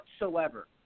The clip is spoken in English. whatsoever